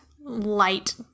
light